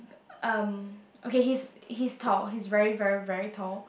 um okay he is he is tall he is very very very tall